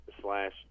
slash